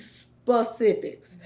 specifics